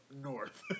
north